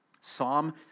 Psalm